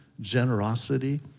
generosity